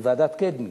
ועדת-קדמי.